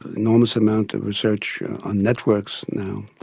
enormous amount of research on networks now.